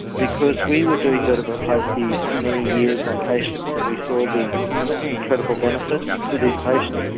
because we were doing vertebroplasties for many years on patients and we saw the incredible benefit to these patients.